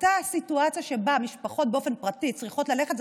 אותה סיטואציה שבה משפחות צריכות ללכת באופן פרטי,